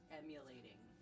emulating